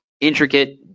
intricate